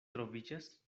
troviĝas